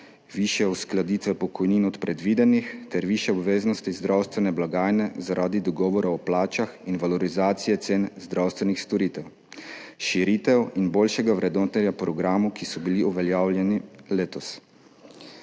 višje uskladitve pokojnin od predvidenih ter višje obveznosti iz zdravstvene blagajne zaradi dogovora o plačah in valorizacije cen zdravstvenih storitev, širitev in boljšega vrednotenja programov, ki so bili uveljavljeni letos.